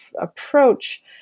approach